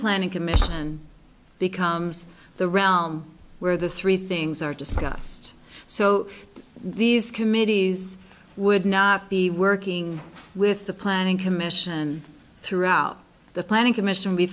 planning commission becomes the realm where the three things are discussed so these committees would not be working with the planning commission throughout the planning commission